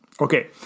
Okay